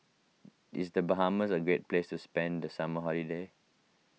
is the Bahamas a great place to spend the summer holiday